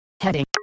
heading